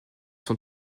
sont